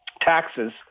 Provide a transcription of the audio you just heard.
taxes